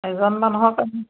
এজন মানুহৰ কাৰণে